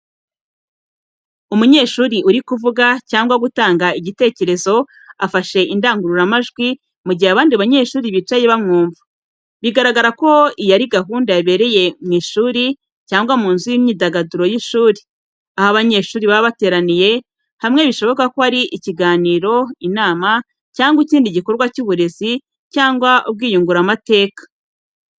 Umunyeshuri uri kuvuga cyangwa gutanga igitekerezo afashe mikoro indangururamajwi, mu gihe abandi banyeshuri bicaye bamwumva. Biragaragara ko iyi ari gahunda yabereye mu ishuri cyangwa mu nzu y'imyidagaduro y'ishuri, aho abanyeshuri baba bateraniye hamwe bishoboka ko ari ikiganiro, inama, cyangwa ikindi gikorwa cy’uburezi cyangwa ubwiyunguramateka.